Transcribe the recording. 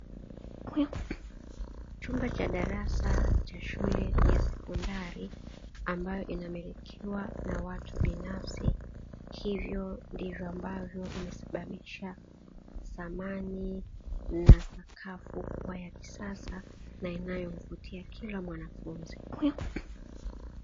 Chumba cha darasa cha shule ya sekondari ambayo inamilikiwa na watu binafsi, hivyo ndivyo ambavyo imesababisha samani na sakafu kuwa ya kisasa na unayomvutia kila mwanafunzi.